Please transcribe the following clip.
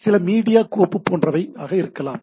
சில மீடியா கோப்பு போன்றவை ஆக இருக்கலாம்